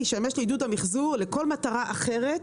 לעידוד המחזור...לכל מטרה אחרת"